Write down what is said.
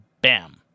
bam